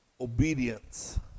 obedience